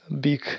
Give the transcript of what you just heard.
big